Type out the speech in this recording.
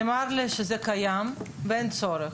נאמר לי שזה קיים ואין צורך.